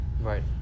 Right